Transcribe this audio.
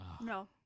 no